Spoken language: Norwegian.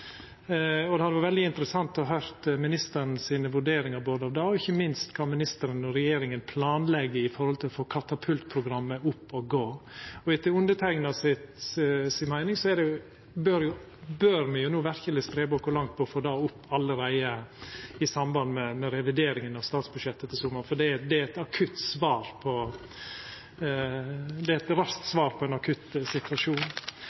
Det hadde vore veldig interessant å høyra vurderingane frå ministeren både av det og ikkje minst av kva ministeren og regjeringa planlegg når det gjeld å få Katapult-programmet opp å gå. Etter kva underteikna meiner, bør me verkeleg leggja vinn på å få det opp allereie no, i samband med revideringa av statsbudsjettet til sommaren, for det er eit raskt svar på ein akutt situasjon. Det